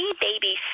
Baby